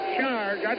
charge